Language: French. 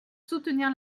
soutenir